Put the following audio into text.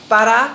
Para